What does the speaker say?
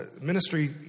Ministry